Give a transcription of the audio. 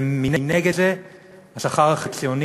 ומנגד זה השכר החציוני